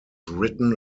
written